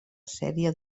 sèrie